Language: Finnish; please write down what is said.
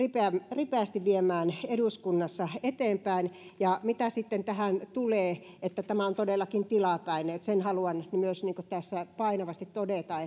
ripeästi viemään eteenpäin mitä sitten tähän tulee niin tämä on todellakin tilapäinen sen haluan myös tässä painavasti todeta